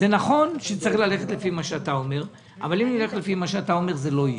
נכון שצריך ללכת לפי מה שאתה אומר אבל אז זה לא יהיה.